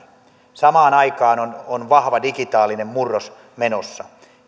samaan aikaan on on vahva digitaalinen murros menossa